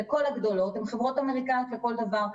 כל הגדולות הן חברות אמריקאיות לכל דבר.